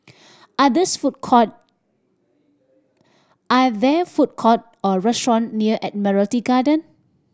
are these food court are there food court or restaurant near Admiralty Garden